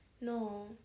No